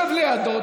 שב לידו,